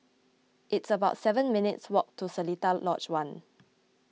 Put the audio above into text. it's about seven minutes' walk to Seletar Lodge one